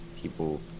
people